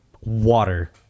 water